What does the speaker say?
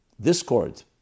discord